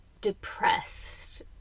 depressed